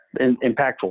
impactful